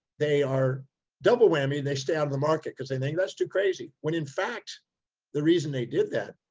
they are double whammy. and they stay out of the market cause they think that's too crazy. when in fact the reason they did that,